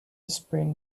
sprained